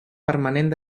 permanent